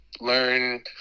learn